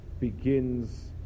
begins